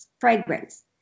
fragrance